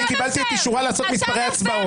אני קיבלתי את אישורה לעשות מספרי הצבעות.